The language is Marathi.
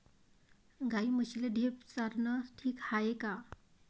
गाई म्हशीले ढेप चारनं ठीक हाये का?